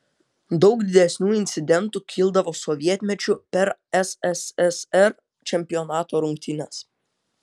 daug didesnių incidentų kildavo sovietmečiu per sssr čempionato rungtynes